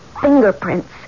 Fingerprints